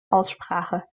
aussprache